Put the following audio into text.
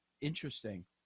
Interesting